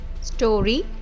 Story